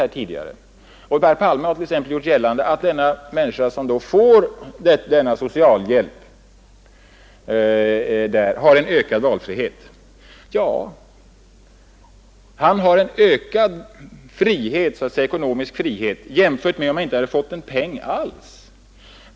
Herr Palme har gjort gällande, att en människa som får socialhjälp har en ökad valfrihet. Ja, han har en ökad ekonomisk frihet jämfört med om han inte hade fått någon peng alls.